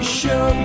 show